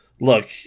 look